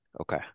Okay